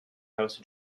house